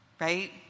right